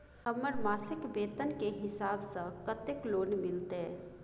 हमर मासिक वेतन के हिसाब स कत्ते लोन मिलते?